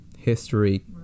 history